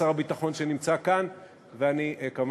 ברור לי שככה צריך להיות, וככה